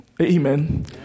Amen